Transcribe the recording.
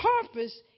purpose